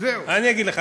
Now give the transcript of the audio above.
אני אגיד לך.